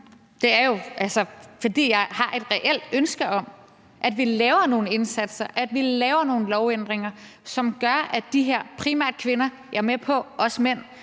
er jo, at jeg har et reelt ønske om, at vi laver nogle indsatser, at vi laver nogle lovændringer, som gør, at de her – primært kvinder, men også mænd,